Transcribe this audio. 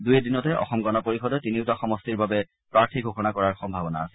দুই এদিনতে অসম গণ পৰিষদে তিনিওটা সমষ্টিৰ বাবে প্ৰাৰ্থী ঘোষণা কৰাৰ সম্ভাৱনা আছে